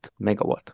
megawatt